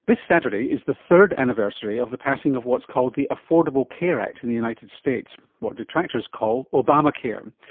this saturday is the third anniversary of the passing of what's called the affordable care act in the united states, what detractors call obamacare.